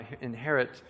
inherit